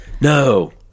No